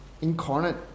incarnate